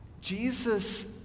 Jesus